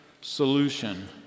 solution